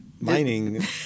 Mining